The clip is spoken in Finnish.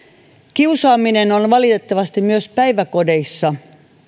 kiusaaminen on on valitettavasti myös päiväkodeissa